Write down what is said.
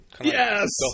Yes